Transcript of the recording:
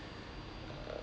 uh